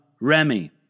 Remy